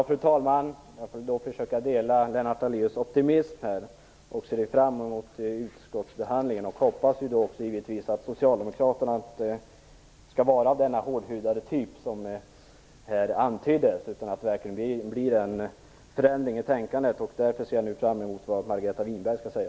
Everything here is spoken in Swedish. Fru talman! Jag får försöka dela Lennart Daléus optimism och ser fram emot utskottsbehandlingen. Jag hoppas givetvis att socialdemokraterna då inte skall vara av den hårdhudade typ som här antyddes utan att det verkligen blir en förändring i tänkandet. Därför ser jag nu fram emot vad Margareta Winberg skall säga.